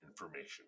information